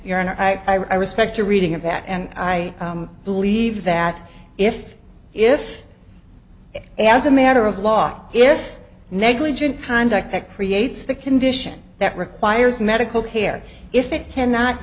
honor i respect a reading of that and i believe that if if as a matter of law if negligent conduct that creates the condition that requires medical care if it cannot